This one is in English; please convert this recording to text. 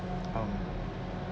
um